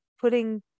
putting